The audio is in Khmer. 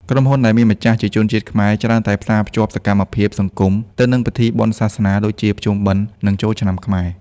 ក្រុមហ៊ុនដែលមានម្ចាស់ជាជនជាតិខ្មែរ ច្រើនតែផ្សារភ្ជាប់សកម្មភាពសង្គមទៅនឹង ពិធីបុណ្យសាសនា ដូចជាភ្ជុំបិណ្ឌ និងចូលឆ្នាំខ្មែរ។